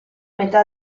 metà